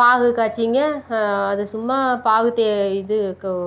பாகு காச்சிங்க அது சும்மா பாகு தே இது